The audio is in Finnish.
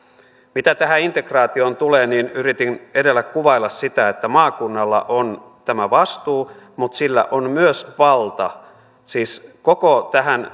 mitä tähän integraatioon tulee niin yritin edellä kuvailla sitä että maakunnalla on vastuu mutta sillä on myös valta siis koko tähän